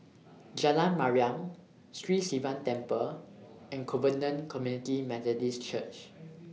Jalan Mariam Sri Sivan Temple and Covenant Community Methodist Church